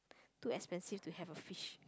too expensive to have a fish